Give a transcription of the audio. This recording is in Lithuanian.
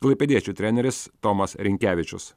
klaipėdiečių treneris tomas rinkevičius